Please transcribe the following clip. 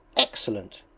excellent